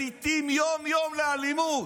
מסיתים יום-יום לאלימות,